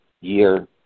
year